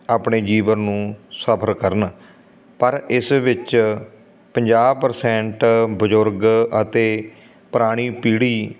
ਆਪਣੇ ਜੀਵਨ ਨੂੰ ਸਫਲ ਕਰਨ ਪਰ ਇਸ ਵਿੱਚ ਪੰਜਾਹ ਪ੍ਰਸੈਂਟ ਬਜ਼ੁਰਗ ਅਤੇ ਪੁਰਾਣੀ ਪੀੜ੍ਹੀ